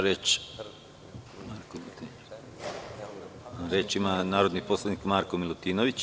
Reč ima narodni poslanik Marko Milutinović.